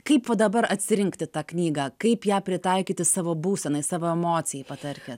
kaip dabar atsirinkti tą knygą kaip ją pritaikyti savo būsenai savo emocijai patarki